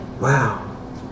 Wow